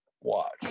watch